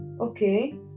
okay